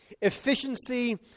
efficiency